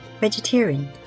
vegetarian